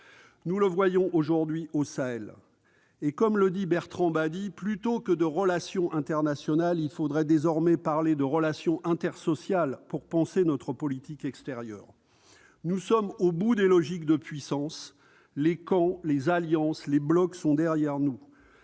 Nous le voyons aujourd'hui au Sahel. Comme le dit Bertrand Badie, plutôt que de relations internationales, il faudrait désormais parler de « relations intersociales » pour penser notre politique extérieure. Nous sommes au bout des logiques de puissances. Les camps, les alliances, les blocs sont derrière nous.